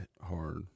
hard